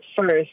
first